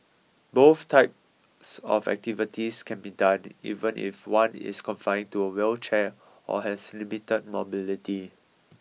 both types of activities can be done even if one is confined to a wheelchair or has limited mobility